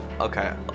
Okay